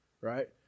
right